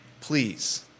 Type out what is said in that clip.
Please